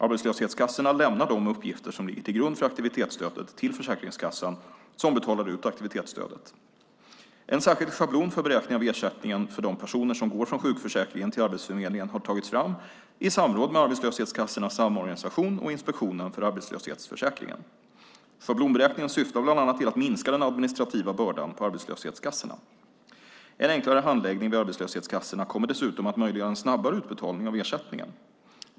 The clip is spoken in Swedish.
Arbetslöshetskassorna lämnar de uppgifter som ligger till grund för aktivitetsstödet till Försäkringskassan, som betalar ut aktivitetsstödet. En särskild schablon för beräkning av ersättningen för de personer som går från sjukförsäkringen till Arbetsförmedlingen har tagits fram i samråd med Arbetslöshetskassornas Samorganisation och Inspektionen för arbetslöshetsförsäkringen. Schablonberäkningen syftar bland annat till att minska den administrativa bördan på arbetslöshetskassorna. En enklare handläggning vid arbetslöshetskassorna kommer dessutom att möjliggöra en snabbare utbetalning av ersättningen.